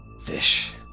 fish